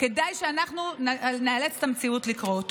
כדאי שאנחנו נאלץ את המציאות לקרות.